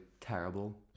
terrible